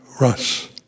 Russ